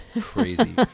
crazy